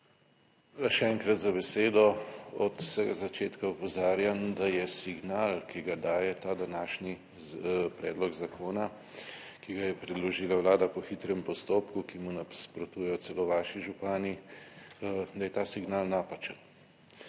še enkrat za besedo. Od vsega začetka opozarjam, da je signal, ki ga daje ta današnji predlog zakona, ki ga je predložila Vlada po hitrem postopku, ki mu nasprotujejo celo vaši župani, da je ta signal napačen.